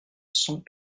cent